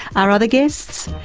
our other guests,